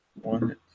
one